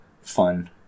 fun